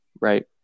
right